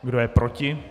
Kdo je proti?